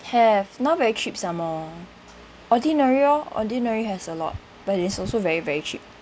have not very cheap some more ordinary orh ordinary has a lot but it's also very very cheap